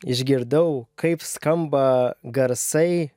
išgirdau kaip skamba garsai